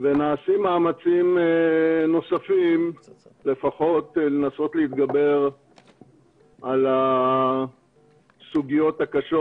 ונעשים מאמצים נוספים לפחות לנסות להתגבר על הסוגיות הקשות,